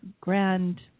grand